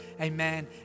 amen